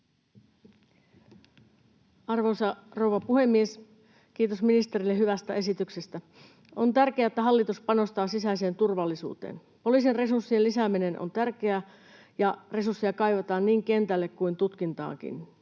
Arvoisa rouva puhemies! Kiitos ministerille hyvästä esityksestä. On tärkeää, että hallitus panostaa sisäiseen turvallisuuteen. Poliisin resurssien lisääminen on tärkeää, ja resursseja kaivataan niin kentälle kuin tutkintaankin.